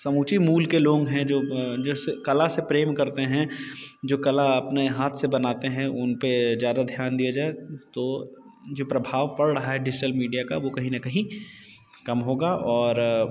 समूची मूल के लोग है जो जैसे कला से प्रेम करते हैं जो कला अपने हाथ से बनाते हैं उनपे ज़्यादा ध्यान दिया जाए तो जो प्रभाव पड़ रहा है डिजिटल मीडिया का वो कहीं ना कहीं कम होगा और